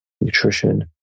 nutrition